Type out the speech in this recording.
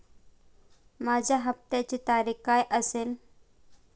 माझ्या हप्त्याची तारीख काय असेल?